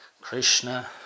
Krishna